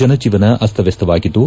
ಜನಜೀವನ ಅಸ್ತವಸ್ತವಾಗಿದ್ದು